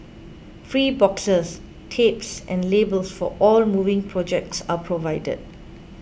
free boxes tapes and labels for all moving projects are provided